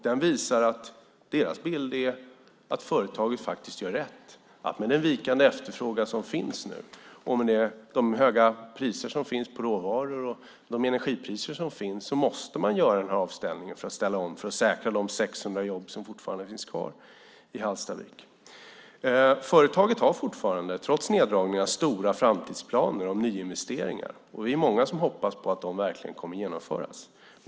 Den visar att deras bild är att företaget gör rätt, att med den vikande efterfrågan som finns, med de höga priser på råvaror som finns och med de höga energipriserna måste man göra denna avställning för att ställa om och säkra de 600 jobb som fortfarande finns kvar i Hallstavik. Företaget har trots neddragningar stora framtidsplaner på nyinvesteringar. Vi är många som hoppas på att de kommer att genomföras.